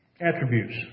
Attributes